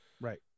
Right